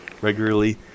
regularly